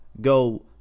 Go